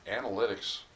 analytics